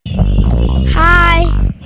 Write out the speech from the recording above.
Hi